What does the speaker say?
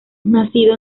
nacido